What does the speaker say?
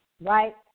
Right